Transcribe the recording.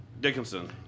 Dickinson